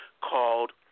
called